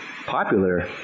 Popular